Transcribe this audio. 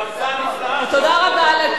תודה רבה.